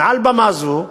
מעל במה זו,